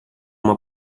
uma